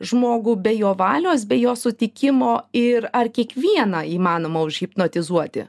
žmogų be jo valios be jo sutikimo ir ar kiekvieną įmanomą užhipnotizuoti